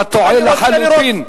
אתה טועה לחלוטין.